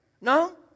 No